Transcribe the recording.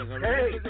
Hey